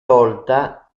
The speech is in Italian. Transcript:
tolta